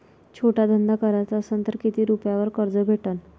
छोटा धंदा कराचा असन तर किती रुप्यावर कर्ज भेटन?